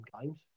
games